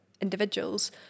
individuals